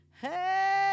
Hey